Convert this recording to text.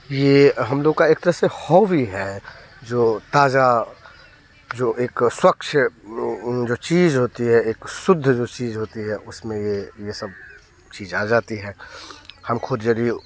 ये हम लोग की एक तरह से हॉबी है जो ताज़ा जो एक स्वच्छ जो चीज़ होती है एक सुद्ध जो चीज़ होती है उस में ये ये सब चीज़ आ जाती है हम ख़ुद यदी